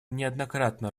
неоднократно